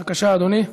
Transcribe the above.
בבקשה, אדוני.